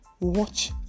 watch